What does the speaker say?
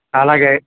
అలాగే